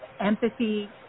empathy